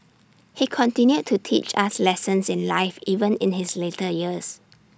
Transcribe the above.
he continued to teach us lessons in life even in his later years